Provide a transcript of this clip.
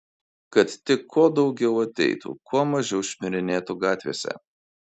kad tik kuo daugiau ateitų kuo mažiau šmirinėtų gatvėse